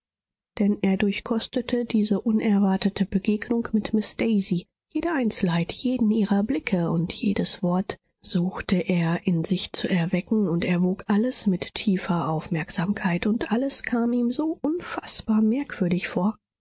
denn er durchkostete diese unerwartete begegnung mit miß daisy jede einzelheit jeden ihrer blicke und jedes wort suchte er in sich zu erwecken und erwog alles mit tiefer aufmerksamkeit und alles kam ihm so unfaßbar merkwürdig vor